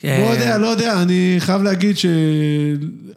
לא יודע, לא יודע, אני חייב להגיד ש...